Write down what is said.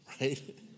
right